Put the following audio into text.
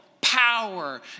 power